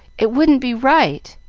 it wouldn't be right,